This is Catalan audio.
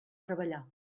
treballar